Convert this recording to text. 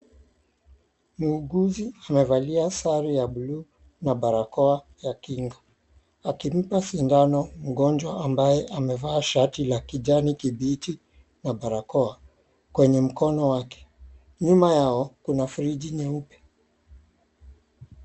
Muuguzi amevalia sare ya bluu na barakoa ya kinga akimpa sindano mgonjwa ambaye alimevaa shati la kijani kibichi na barakoa kwenye mkono wake, nyuma yao kuna friji nyeupe.